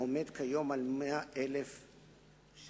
העומד כיום על 100,000 שקל,